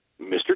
Mr